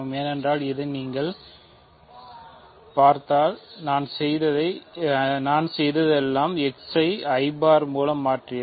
ஏனென்றால் இதை நீங்கள் பார்த்தால் நாங்கள் செய்ததெல்லாம் x ஐ i பார் மூலம் மாற்றியது